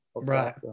right